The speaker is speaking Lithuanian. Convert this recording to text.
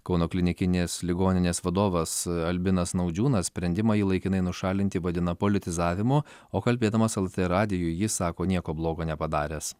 kauno klinikinės ligoninės vadovas albinas naudžiūnas sprendimą jį laikinai nušalinti vadina politizavimu o kalbėdamas lrt radijui jis sako nieko blogo nepadaręs